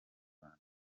rwanda